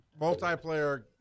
multiplayer